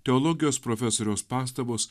teologijos profesoriaus pastabos